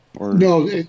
No